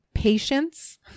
Patience